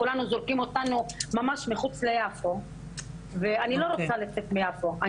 זורקים את כולנו ממש מחוץ ליפו ואני לא רוצה לצאת מיפו,